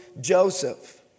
Joseph